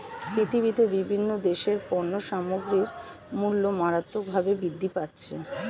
পৃথিবীতে বিভিন্ন দেশের পণ্য সামগ্রীর মূল্য মারাত্মকভাবে বৃদ্ধি পাচ্ছে